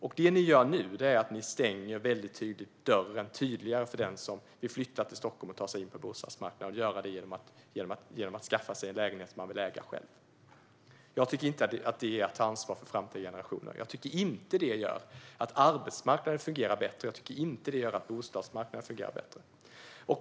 Vad ni nu gör är att väldigt tydligt stänga dörren, och det blir tydligare för den som vill flytta till Stockholm och ta sig in på bostadsmarknaden genom att skaffa sig en lägenhet som man vill äga själv. Jag tycker inte att det här är att ta ansvar för framtida generationer. Jag tycker inte att det här gör att arbetsmarknaden fungerar bättre. Och jag tycker inte att det gör att bostadsmarknaden fungerar bättre.